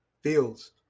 fields